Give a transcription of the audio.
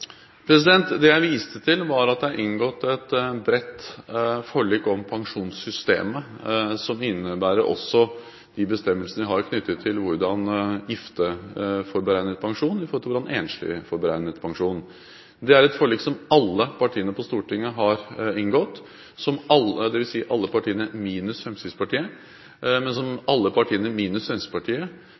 Det jeg viste til, var at det er inngått et bredt forlik om pensjonssystemet, som også innebærer de bestemmelsene vi har knyttet til hvordan gifte får beregnet pensjon i forhold til hvordan enslige får beregnet pensjon. Det er et forlik som alle partiene på Stortinget har inngått, dvs. alle partiene minus Fremskrittspartiet, og som alle partiene minus Fremskrittspartiet understreker er et veldig viktig forlik som